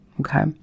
Okay